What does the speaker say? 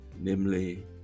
namely